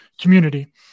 community